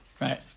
Right